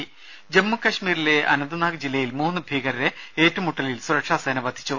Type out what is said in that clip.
രുര ജമ്മു കശ്മീരിലെ അനന്ത്നാഗ് ജില്ലയിൽ മൂന്ന് ഭീകരരെ ഏറ്റുമുട്ടലിൽ സുരക്ഷാ സേന വധിച്ചു